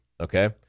Okay